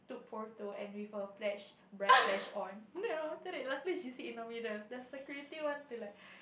took photo and with her flash bright flash on then after that luckily she sit in the middle the security want to like